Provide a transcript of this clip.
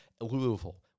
Louisville